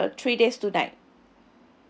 uh three days two night